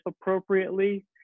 appropriately